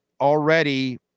already